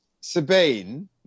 Sabine